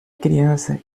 criança